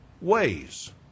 ways